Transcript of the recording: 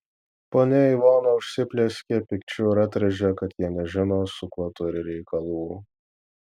ponia ivona užsiplieskė pykčiu ir atrėžė kad jie nežino su kuo turi reikalų